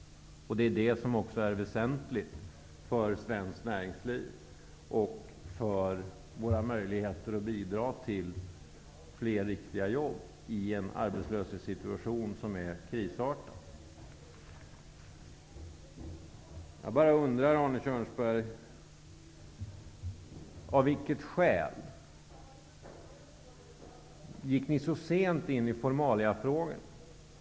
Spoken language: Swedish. Det är också detta som är väsentligt för svenskt näringsliv och för våra möjligheter att bidra till flera riktiga jobb i en arbetslöshetssituation som är krisartad. Jag bara undrar, Arne Kjörnsberg, av vilket skäl ni så sent gick in på formaliafrågan.